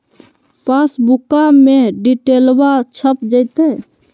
पासबुका में डिटेल्बा छप जयते?